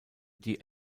die